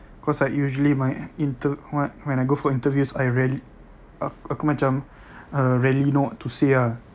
cause like usually my inter~ what when I go for interviews I rarely aku macam uh rarely know what to say ah